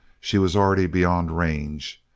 she was already beyond range,